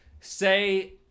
say